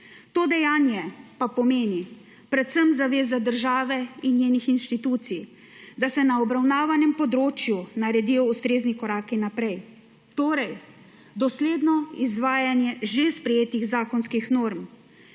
to dejanje pa pomeni predvsem zavezo države in njenih institucij, da se na obravnavanem področju naredijo ustrezni koraki naprej, torej dosledno izvajanje že sprejetih zakonskih norm